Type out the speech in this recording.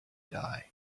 die